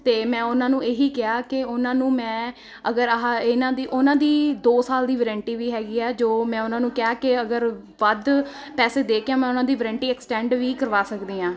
ਅਤੇ ਮੈਂ ਉਹਨਾਂ ਨੂੰ ਇਹੀ ਕਿਹਾ ਕਿ ਉਹਨਾਂ ਨੂੰ ਮੈਂ ਅਗਰ ਆਹ ਇਹਨਾਂ ਦੀ ਉਹਨਾਂ ਦੀ ਦੋ ਸਾਲ ਦੀ ਵਾਰੰਟੀ ਵੀ ਹੈਗੀ ਆ ਜੋ ਮੈਂ ਉਹਨਾਂ ਨੂੰ ਕਿਹਾ ਕਿ ਅਗਰ ਵੱਧ ਪੈਸੇ ਦੇ ਕੇ ਮੈਂ ਉਹਨਾਂ ਦੀ ਵਰੰਟੀ ਐਕਸਟੈਂਡ ਵੀ ਕਰਵਾ ਸਕਦੀ ਹਾਂ